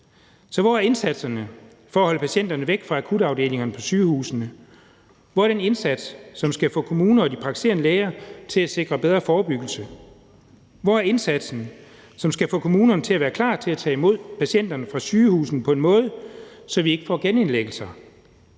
Så hvor er indsatserne for at holde patienterne væk fra akutafdelingerne på sygehusene? Hvor er den indsats, som skal få kommunerne og de praktiserende læger til at sikre bedre forebyggelse? Hvor er indsatsen, som skal få kommunerne til at være klar til at tage imod patienterne fra sygehusene på en måde, så vi ikke får genindlæggelser?